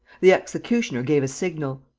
the executioner gave a signal.